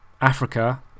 africa